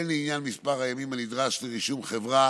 הן לעניין מספר הימים הנדרש לרישום חברה